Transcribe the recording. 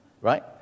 Right